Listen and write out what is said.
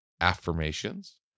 affirmations